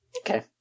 Okay